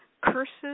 curses